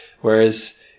Whereas